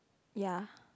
ya